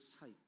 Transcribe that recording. sight